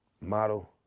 model